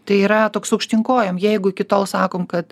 tai yra toks aukštyn kojom jeigu iki tol sakom kad